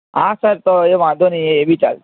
હા સાહેબ તો એ વાંધો નહીં એ બી ચાલશે